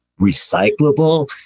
recyclable